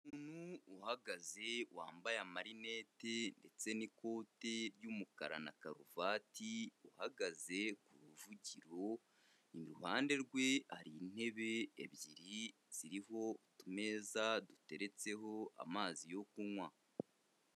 Umuntu uhagaze wambaye amarinete ndetse n'ikoti ry'umukara na karuvati, uhagaze ku ruvugiro, iruhande rwe hari intebe ebyiri ziriho utumeza duteretseho amazi yo kunywa.